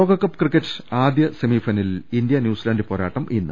ലോകകപ്പ് ക്രിക്കറ്റ് ആദ്യ സെമി ഫൈനലിൽ ഇന്ത്യ ന്യൂസി ലാന്റ് പോരാട്ടം ഇന്ന്